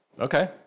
Okay